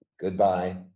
Goodbye